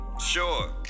Sure